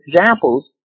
examples